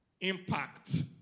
impact